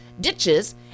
ditches